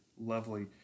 lovely